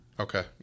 Okay